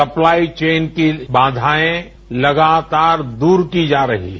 supply chain की बाधाएं लगातार दूर की जा रही हैं